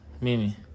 mimi